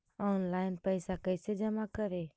Online पैसा कैसे जमा करे?